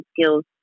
skills